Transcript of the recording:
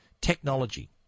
technology